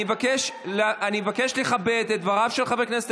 אני מבקש לכבד את דבריו של חבר הכנסת